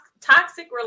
toxic